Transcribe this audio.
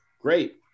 Great